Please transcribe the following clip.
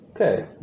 okay